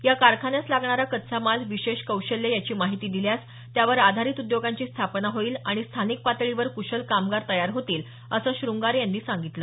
या कारखान्यास लागणारा कच्चा माल विशेष कौशल्य याची माहिती दिल्यास त्यावर आधारित उद्योगांची स्थापना होईल आणि स्थानिक पातळीवर कुशल कामगार तयार होतील असं शंगारे यांनी सांगितलं